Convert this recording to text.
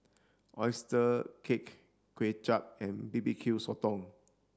oyster cake Kuay Chap and B B Q Sotong